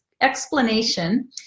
explanation